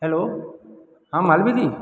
hello हाँ मालवी जी